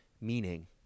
meaning